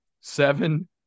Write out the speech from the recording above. seven